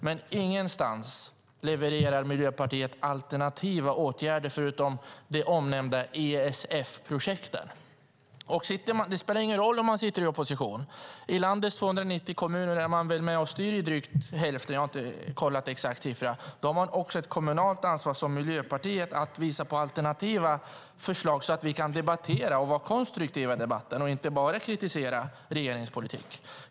Men ingenstans levererar Miljöpartiet alternativa åtgärder förutom de omnämnda ESF-projekten. Det spelar ingen roll ifall man sitter i opposition. I landets 290 kommuner är man med och styr i drygt hälften. Jag har inte kontrollerat siffran exakt. Då har Miljöpartiet också ett kommunalt ansvar att visa på alternativa förslag så att vi kan debattera och vara konstruktiva i debatten och inte bara kritisera regeringens politik.